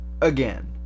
again